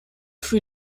für